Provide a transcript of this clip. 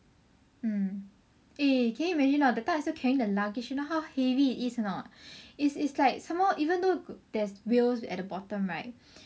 mm eh can you imagine or not that time I still carrying the luggage you know how heavy it is or not it's it's like some more even though there's wheels at the bottom right